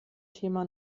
thema